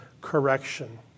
correction